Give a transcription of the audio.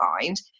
find